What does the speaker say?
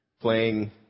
playing